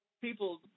people